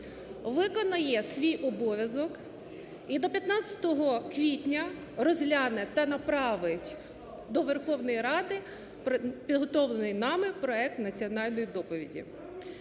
виконає свій обов'язок і до 15 квітня розгляне та направить до Верховної Ради, підготовлений нами, проект національної доповіді.